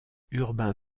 urbain